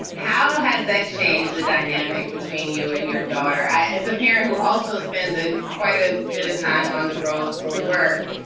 how has that changed the dynamic between you and your daughter? i as a parent who also spends ah quite a bit of time on the road for work,